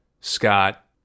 Scott